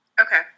okay